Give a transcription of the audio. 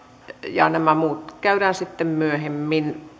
ja nämä muut keskustelut käydään sitten myöhemmin